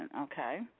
okay